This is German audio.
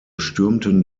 stürmten